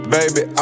Baby